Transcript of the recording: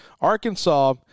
Arkansas